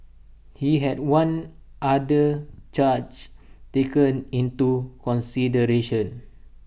he had one other charge taken into consideration